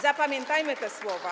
Zapamiętajmy te słowa.